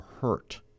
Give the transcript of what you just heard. hurt